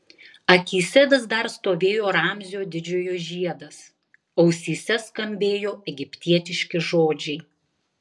akyse vis dar stovėjo ramzio didžiojo žiedas ausyse skambėjo egiptietiški žodžiai